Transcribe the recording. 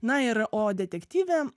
na ir o detektyve